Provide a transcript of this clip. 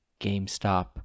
GameStop